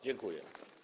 Dziękuję.